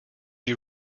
you